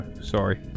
Sorry